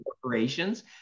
corporations